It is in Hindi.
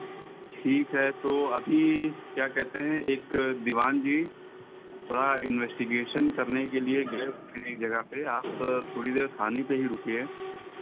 ठीक है तो अभी क्या कहते हैं एक दीवान जी थोड़ा इंवेस्टिगेशन करने के लिए गए हुए हैं एक जगह पे आप थोड़ी देर थाने पे ही रुकिए